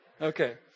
Okay